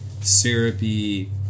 syrupy